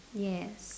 yes